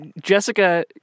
Jessica